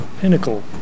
pinnacle